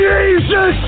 Jesus